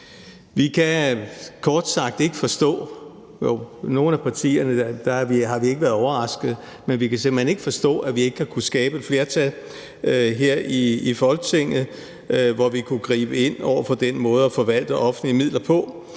vi havde om forslaget her, ikke har kunnet skabe et flertal i Folketinget, så vi kunne gribe ind over for den måde at forvalte offentlige midler på.